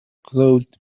closed